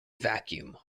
vacuum